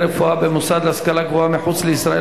רפואה במוסד להשכלה גבוהה מחוץ לישראל),